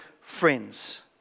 friends